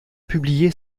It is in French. publié